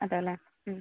അതെയല്ലേ